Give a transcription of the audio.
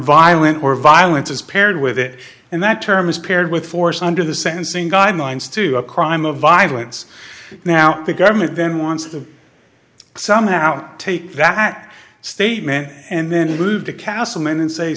violent or violence is paired with it and that term is paired with force under the sentencing guidelines to a crime of violence now the government then wants to somehow take that statement and then move to castleman and say